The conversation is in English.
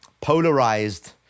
polarized